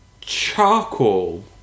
charcoal